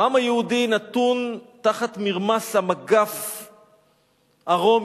העם היהודי נתון תחת מרמס המגף הרומי,